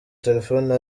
telefone